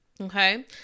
Okay